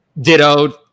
Ditto